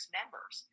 members